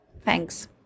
Thanks